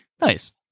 Nice